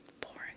Boring